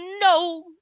no